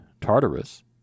Tartarus